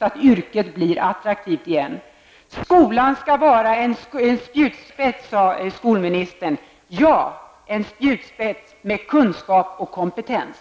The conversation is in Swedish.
och läraryrket blir attraktiva. Skolan skall vara en spjutspets, sade Göran Persson. Då vill jag säga: Ja, en spjutspets med kunskap och kompetens.